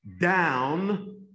Down